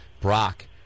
Brock